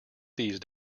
these